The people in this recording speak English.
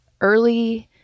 early